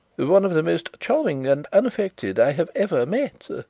one of the most charming and unaffected i have ever met.